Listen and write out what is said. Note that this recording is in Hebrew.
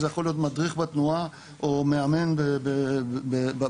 מדריך בתנועה או מאמן בספורט.